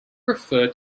refer